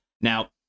Now